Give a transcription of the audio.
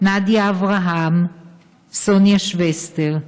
נדיה אברהם וסוניה שווסטר,